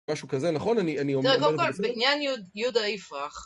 משהו כזה, נכון? אני אומר? קודם כל בעניין יהודה יפרח.